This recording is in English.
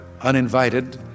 uninvited